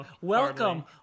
Welcome